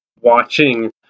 watching